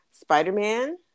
Spider-Man